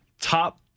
top